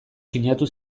sinatu